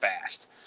fast